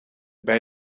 bij